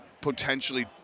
potentially